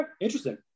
interesting